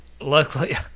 Luckily